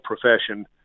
profession